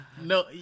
No